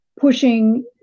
pushing